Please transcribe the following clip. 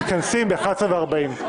מתכנסים ב-11:40.